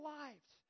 lives